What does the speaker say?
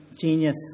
genius